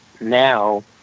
now